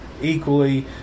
equally